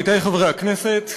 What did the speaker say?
עמיתי חברי הכנסת,